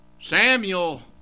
Samuel